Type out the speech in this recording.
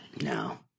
No